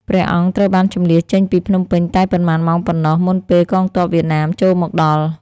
ព្រះអង្គត្រូវបានជម្លៀសចេញពីភ្នំពេញតែប៉ុន្មានម៉ោងប៉ុណ្ណោះ មុនពេលកងទ័ពវៀតណាមចូលមកដល់។